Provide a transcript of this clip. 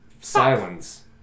Silence